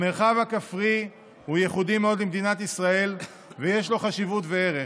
המרחב הכפרי הוא ייחודי מאוד למדינת ישראל ויש לו חשיבות וערך.